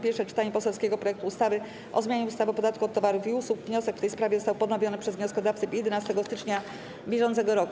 Pierwsze czytanie poselskiego projektu ustawy o zmianie ustawy o podatku od towarów i usług - wniosek w tej sprawie został ponowiony przez wnioskodawcę 11 stycznia br.